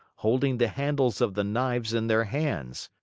holding the handles of the knives in their hands.